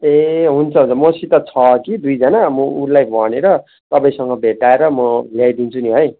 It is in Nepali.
ए हुन्छ हुन्छ मसित छ कि दुईजना म उसलाई भनेर तपाईँसँग भेटाएर म ल्याइदिन्छु नि है